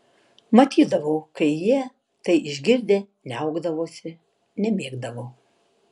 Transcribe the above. matydavau kai jie tai išgirdę niaukdavosi nemėgdavo